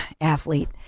athlete